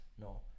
No